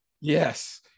Yes